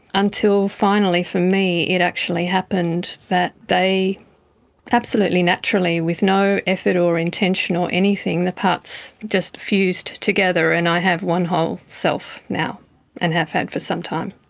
until finally, for me it actually happened that they absolutely naturally, with no effort or intention or anything, the parts just fused together and i have one whole self now and have had for some time.